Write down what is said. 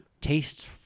tastes